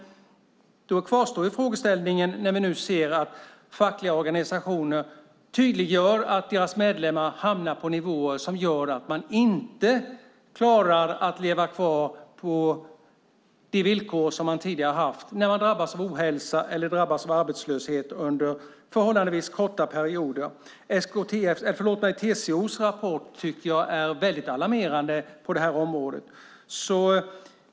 Frågeställningen kvarstår när vi nu ser att fackliga organisationer tydliggör att deras medlemmar hamnar på nivåer som gör att de inte klarar att leva kvar på de villkor de tidigare haft när de drabbas av ohälsa eller arbetslöshet under förhållandevis korta perioder. TCO:s rapport är väldigt alarmerande på det här området.